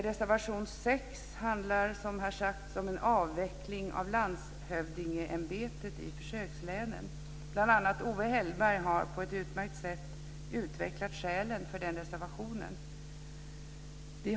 Reservation 6 handlar, som här har sagts, om en avveckling av landshövdingeämbetet i försökslänen. Bl.a. Owe Hellberg har på ett utmärkt sätt utvecklat skälen för den reservationen.